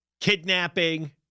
kidnapping